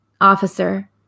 officer